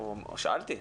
שאלתי.